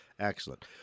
Excellent